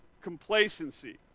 complacency